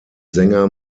sänger